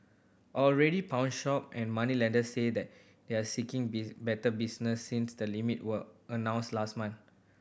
already pawnshop and moneylenders say that they are seeking better business since the limits were announced last month